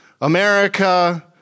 America